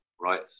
right